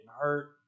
hurt